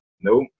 Nope